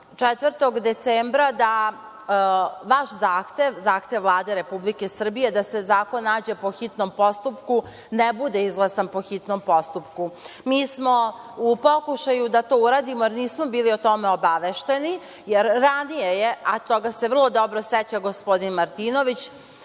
4. decembra da vaš zahtev, zahtev Vlade Republike Srbije da se zakon nađe po hitnom postupku, ne bude izglasan po hitnom postupku. Mi smo u pokušaju da to uradimo jer nismo bili o tome obavešteni, jer ranije je, a toga se vrlo dobro seća gospodin Martinović,